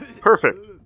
Perfect